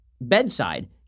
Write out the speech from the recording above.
bedside